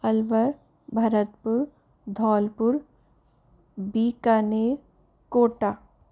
Alwar Bharatpur Dholpur Bikaner Kota